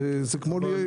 במינימום.